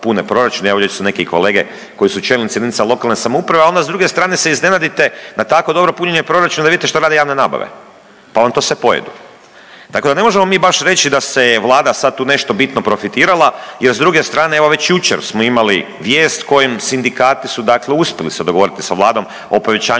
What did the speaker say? pune proračuni, evo ovdje su neki kolege koji su čelnici jedinica lokalne samouprave, ali onda s druge strane se iznenadite na tako dobro punjenje proračuna onda vidite što rade javne nabave pa vam to sve pojedu. Tako da ne možemo mi baš reći da se je vlada sad tu nešto bitno profitirala jer s druge strane evo već jučer smo imali vijest kojem sindikati su dakle uspjeli se dogovoriti sa vladom o povećanju